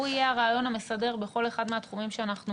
והוא יהיה הרעיון המסדר בכל אחד מהתחומים שאנחנו